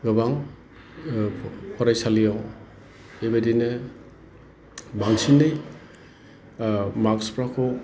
गोबां फरायसालियाव बेबादिनो बांसिनै मार्क्सफ्राखौ